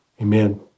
Amen